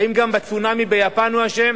האם גם בצונאמי ביפן הוא אשם?